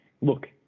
look